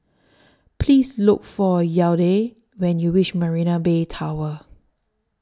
Please Look For Yadiel when YOU REACH Marina Bay Tower